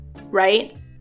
right